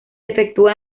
efectúa